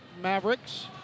Mavericks